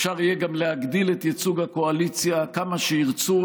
אפשר יהיה גם להגדיל את ייצוג הקואליציה כמה שירצו,